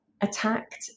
attacked